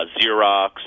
Xerox